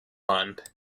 lund